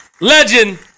legend